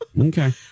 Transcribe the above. Okay